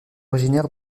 originaire